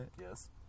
Yes